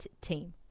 team